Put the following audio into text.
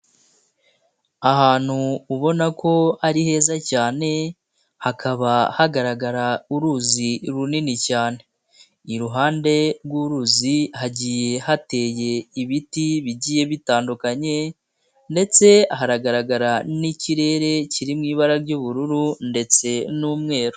Ahantu ubona ko ari heza cyane, hakaba hagaragara uruzi runini cyane, iruhande rw'uruzi hagiye hateye ibiti bigiye bitandukanye ndetse hagaragara n'ikirere kiri mu ibara ry'ubururu ndetse n'umweru.